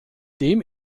dem